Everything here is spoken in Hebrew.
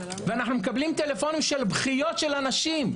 אנחנו מקבלים בטלפון בכיות של אנשים.